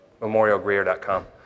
memorialgreer.com